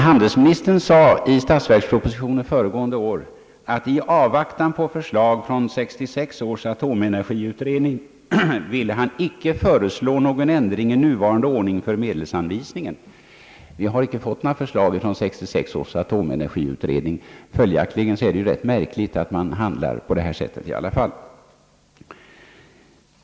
Handelsministern sade i statsverkspropositionen föregående år att han i avvaktan på förslag från 1966 års atomenergiutredning inte ville föreslå någon ändring av nuvarande ordning för medelsanvisningen. Vi har inte fått något förslag från 1966 års atomenergiutredning. Följaktligen är det märkligt att man handlar på detta sätt i alla fall.